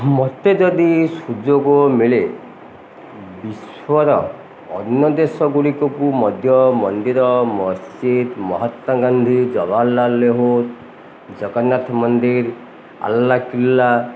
ମତେ ଯଦି ସୁଯୋଗ ମିଳେ ବିଶ୍ୱର ଅନ୍ୟ ଦେଶ ଗୁଡ଼ିକକୁ ମଧ୍ୟ ମନ୍ଦିର ମସଜିଦ୍ ମହାତ୍ମା ଗାନ୍ଧୀ ଜବାହରଲାଲ ନେହେରୁ ଜଗନ୍ନାଥ ମନ୍ଦିର୍ ଆଲ୍ଲା କିଲ୍ଲା